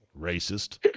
Racist